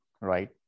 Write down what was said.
right